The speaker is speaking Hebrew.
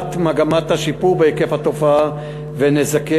של מגמת הצמצום בהיקף התופעה ובנזקיה,